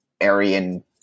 Aryan